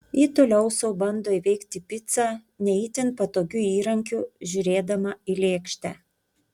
ji toliau sau bando įveikti picą ne itin patogiu įrankiu žiūrėdama į lėkštę